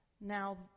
Now